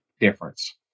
difference